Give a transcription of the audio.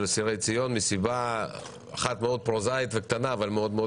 אסירי ציון מסיבה אחת מאוד פרוזאית וקטנה אבל מאוד מאוד